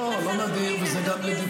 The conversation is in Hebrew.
לא, לא, לא נדיר, וזה גם לגיטימי.